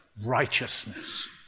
righteousness